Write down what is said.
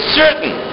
certain